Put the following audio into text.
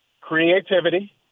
Creativity